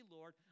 Lord